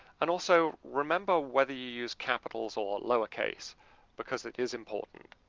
and also remember whether you use capitals or lower case because it is important.